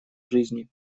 жизни